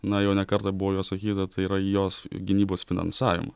na jau ne kartą buvo jo sakyta tai yra jos gynybos finansavimą